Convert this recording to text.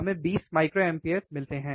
हमें 20 माइक्रोएम्पर मिलते हैं